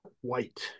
White